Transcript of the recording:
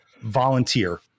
volunteer